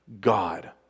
God